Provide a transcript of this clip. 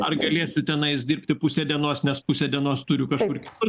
ar galėsiu tenais dirbti pusę dienos nes pusę dienos turiu kažkur kur